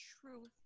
truth